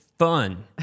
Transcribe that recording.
Fun